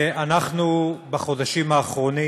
בחודשים האחרונים